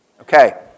Okay